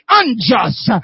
unjust